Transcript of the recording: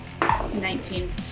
Nineteen